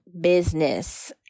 business